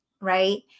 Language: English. right